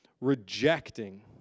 rejecting